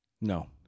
No